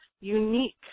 unique